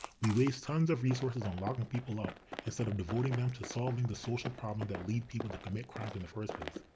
we waste tons of resources on locking people up instead of devoting them to solving the social problems that lead people to commit crimes in the first place.